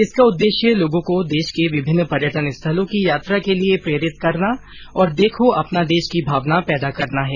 इसका उददेश्य लोगों को देश के विभिन्न पर्यटन स्थलों की यात्रा के लिए प्रेरित करना और देखो अपना देश की भावना पैदा करना है